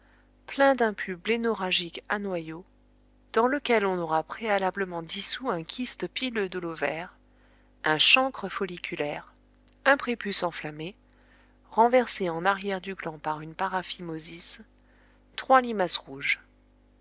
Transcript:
plein d'un pus blennorragique à noyaux dans lequel on aura préalablement dissous un kyste pileux de l'ovaire un chancre folliculaire un prépuce enflammé renversé en arrière du gland par une paraphimosis trois limaces rouges